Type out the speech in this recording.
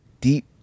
deep